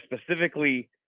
specifically